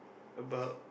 about